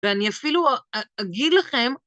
ואני אפילו אגיד לכם...